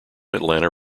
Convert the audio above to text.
atlanta